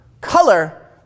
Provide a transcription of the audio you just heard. Color